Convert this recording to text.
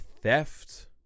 theft